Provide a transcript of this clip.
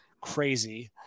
crazy